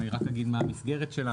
אני רק אגיד מה המסגרת שלנו.